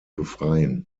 befreien